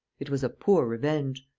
it was a poor revenge.